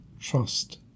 trust